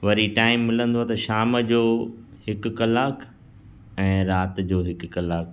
वरी टाइम मिलंदो आहे त शाम जो हिकु कलाकु ऐं राति जो हिकु कलाकु